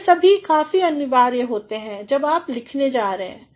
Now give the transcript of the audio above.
तो यह सभी काफी अनिवार्य है जब आप लिखने जा रहे हैं